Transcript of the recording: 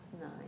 nine